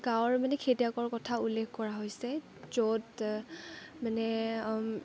গাৱঁৰ মানে খেতিয়কৰ কথা উল্লেখ কৰা হৈছে য'ত মানে